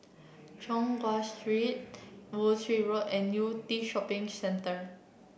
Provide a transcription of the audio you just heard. Choon Guan Street Woolwich Road and Yew Tee Shopping Centre